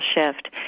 shift